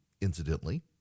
incidentally